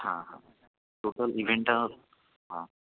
হ্যাঁ হ্যাঁ টোটাল ইভেন্টটা হ্যাঁ